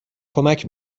کمک